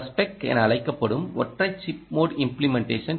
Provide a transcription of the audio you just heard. spec என அழைக்கப்படும் ஒற்றை சிப் மோட் இம்ப்ளிமென்டேஷன்